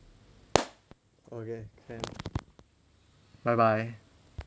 okay can bye bye